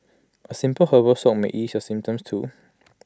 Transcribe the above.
A simple herbal soak may ease your symptoms too